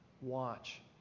Watch